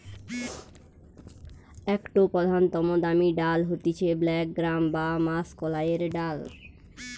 একটো প্রধানতম দামি ডাল হতিছে ব্ল্যাক গ্রাম বা মাষকলাইর ডাল